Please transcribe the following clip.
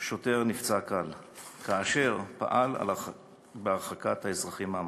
שוטר נפצע קל כאשר פעל להרחקת האזרחים מהמקום.